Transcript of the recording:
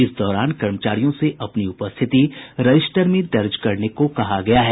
इस दौरान कर्मचारियों से अपनी उपस्थिति रजिस्टर में दर्ज करने को कहा गया है